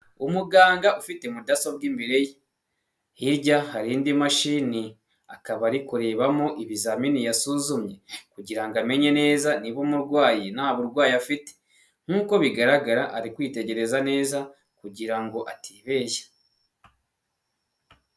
Umuganga ufite mudasobwa imbere ye. Hirya hari indi mashini, akaba ari kurebamo ibizamini yasuzumye, kugira amenye neza niba umurwayi nta burwayi afite. Nk'uko bigaragara, ari kwitegereza neza, kugira ngo atibeshya.